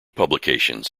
publications